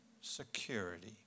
security